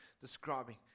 describing